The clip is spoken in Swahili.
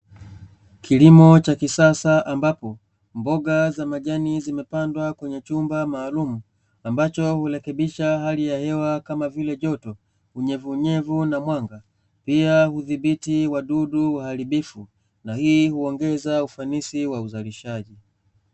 Kilimo cha kisasa, ambapo mboga za majani zimepandwa kwenye chumba maalumu, ambacho hurekebisha hali ya hewa kama vile joto, unyevuunyevu na mwanga, pia hudhibiti wadudu waharibifu na hii huongeza ufanisi wa uzalishaji.